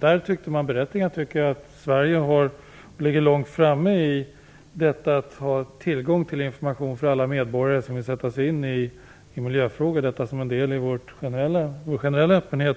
Man tyckte berättigat att Sverige ligger långt framme när det gäller tillgång till information för alla medborgare som vill sätta sig in i miljöfrågor, detta som en del i vår generella öppenhet.